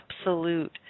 absolute